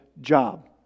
job